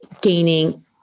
gaining